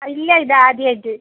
ഇല്ല ഇത് ആദ്യം ആയിട്ട്